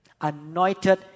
Anointed